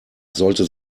sollte